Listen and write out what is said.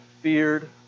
feared